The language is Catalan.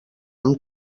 amb